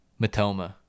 matoma